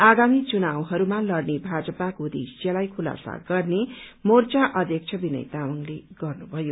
आगामी चुनावहरूमा लड़ने भाजपाको उद्देश्यलाई खुलासा गर्ने मोर्चा अध्यक्ष विनय तामाङले गर्नुमयो